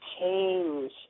change